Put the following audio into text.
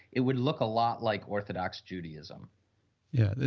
it would look a lot like orthodox judaism yeah,